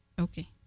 Okay